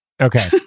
Okay